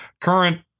current